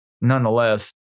nonetheless